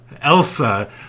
Elsa